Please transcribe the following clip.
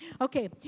Okay